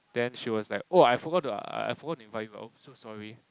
then she was like oh I forgot to uh I forgot to find you oh so sorry